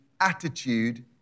attitude